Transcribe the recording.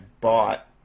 bought